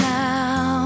now